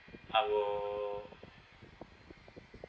I will